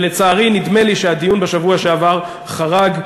ולצערי, נדמה לי שהדיון בשבוע שעבר חרג.